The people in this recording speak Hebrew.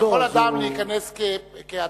כי יכול אדם להיכנס כמסתנן,